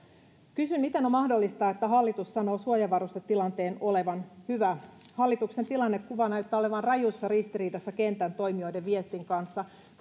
kysyn miten on mahdollista että hallitus sanoo suojavarustetilanteen olevan hyvä hallituksen tilannekuva näyttää olevan rajussa ristiriidassa kentän toimijoiden viestin kanssa